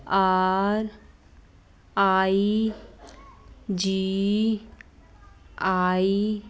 R I G I